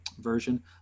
version